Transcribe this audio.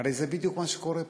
הרי זה בדיוק מה שקורה פה.